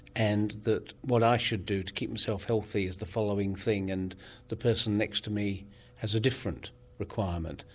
and that what i should do to keep myself healthy is the following thing and the person next to me has a different requirement?